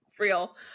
Real